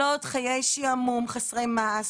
לא עוד חיי שעמום חסרי מעש,